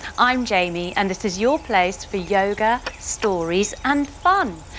i'm jaime and this is your place for yoga, stories and fun.